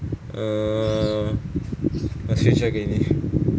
err 我 screenshot 给你